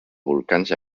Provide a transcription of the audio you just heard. volcans